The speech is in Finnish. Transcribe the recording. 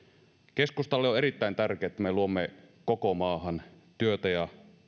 keskustalle on erittäin tärkeää että me luomme koko maahan työtä ja